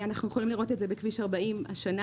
אנחנו יכולים לראות את זה בכביש 40 השנה,